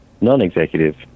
non-executive